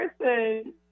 person